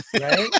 Right